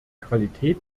qualität